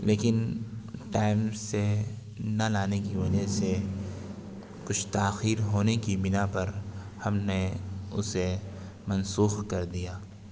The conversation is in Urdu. لیکن ٹائم سے نہ لانے کی وجہ سے کچھ تاخیر ہونے کی بنا پر ہم نے اسے منسوخ کر دیا